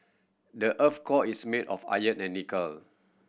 the earth's core is made of iron and nickel